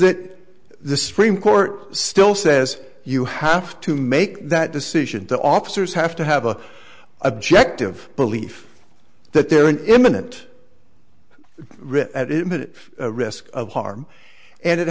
that the supreme court still says you have to make that decision to officers have to have a objective belief that they're an imminent risk that it a risk of harm and it